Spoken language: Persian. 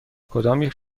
کدامیک